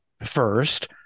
first